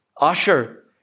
Usher